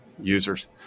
users